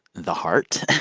the heart.